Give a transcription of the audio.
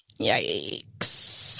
yikes